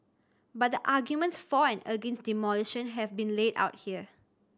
but the arguments for and against demolition have been laid out here